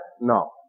No